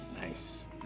Nice